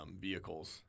vehicles